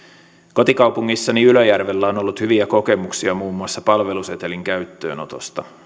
kotikaupungissani ylöjärvellä on ollut hyviä kokemuksia muun muassa palvelusetelin käyttöönotosta